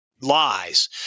lies